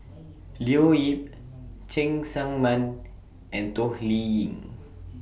Leo Yip Cheng Tsang Man and Toh Liying